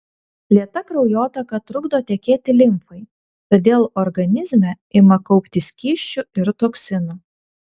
lėta kraujotaka trukdo tekėti limfai todėl organizme ima kauptis skysčių ir toksinų